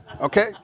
Okay